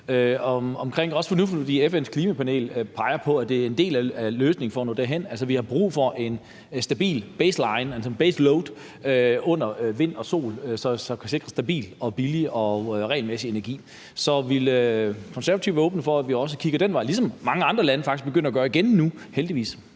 FN's klimapanel peger på, at det er en del af løsningen for at nå målet. Vi har brug for en stabil baseline, altså en baseload, under vind- og solenergi, så vi kan sikre stabil, billig og regelmæssig energi. Så ville Konservative være åbne for, at vi også kiggede den vej, ligesom mange andre lande – heldigvis –